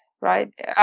right